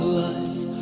life